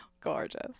Gorgeous